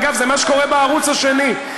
אגב, זה מה שקורה בערוץ השני.